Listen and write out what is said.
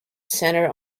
center